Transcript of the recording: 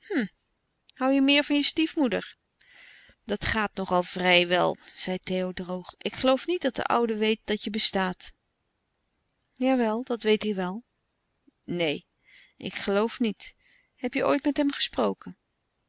je meer van je stiefmoeder dat gaat nog al vrij wel zei theo droog louis couperus de stille kracht ik geloof niet dat de oude weet dat je bestaat jawel dat weet hij wel neen ik geloof niet heb je ooit met hem gesproken